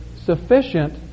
sufficient